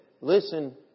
listen